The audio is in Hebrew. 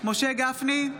משה גפני,